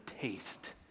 taste